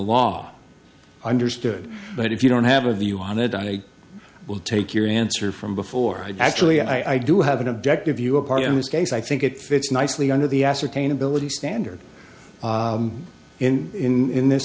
law understood but if you don't have a view on it i will take your answer from before i actually i do have an objective view a part in this case i think it fits nicely under the ascertain ability standard in in this